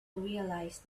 realise